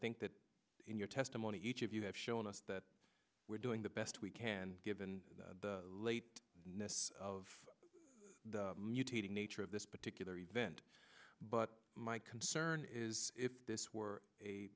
think that in your testimony each of you have shown us that we're doing the best we can given the late ness of the mutating nature of this particular event but my concern is if this were a